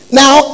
now